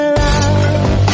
love